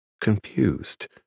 confused